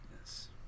Yes